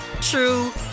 true